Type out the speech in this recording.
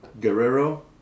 Guerrero